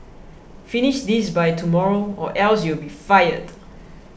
finish this by tomorrow or else you'll be fired